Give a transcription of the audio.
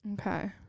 Okay